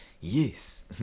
yes